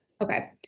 Okay